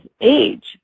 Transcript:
age